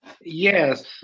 Yes